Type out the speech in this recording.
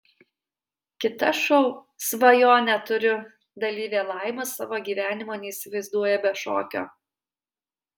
kita šou svajonę turiu dalyvė laima savo gyvenimo neįsivaizduoja be šokio